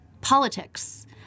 politics